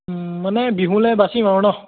মানে বিহুলৈ বাচিম আৰু ন